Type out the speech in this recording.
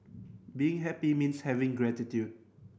being happy means having gratitude